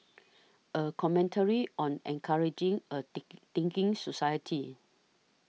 a commentary on encouraging a thinking society